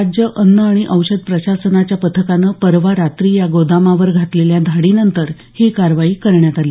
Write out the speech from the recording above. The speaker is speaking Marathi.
राज्य अन्न आणि औषध प्रशासनाच्या पथकानं परवा रात्री या गोदामावर घातलेल्या धाडीनंतर ही कारवाई करण्यात आली